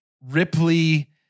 Ripley